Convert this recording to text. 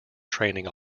training